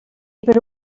per